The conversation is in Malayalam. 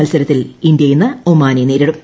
മൽസരത്തിൽ ഇന്ത്യ ഇന്ന് ഒമാനെ നേരിടും